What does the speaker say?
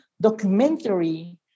documentary